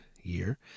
year